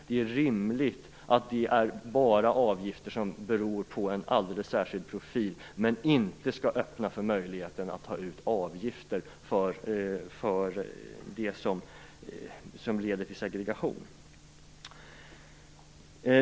Det är rimligt med avgifter som beror på en alldeles särskild profil, men man skall inte öppna för möjligheten att ta ut avgifter på ett sätt som leder till segregation.